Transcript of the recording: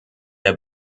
der